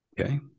Okay